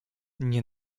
nie